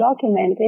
documented